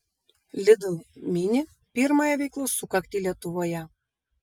lidl mini pirmąją veiklos sukaktį lietuvoje